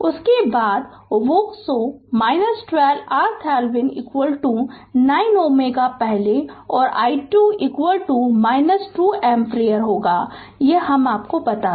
उसके बाद वोक सो told RThevenin 9 Ω पहले और i2 2 एम्पीयर आपको बताया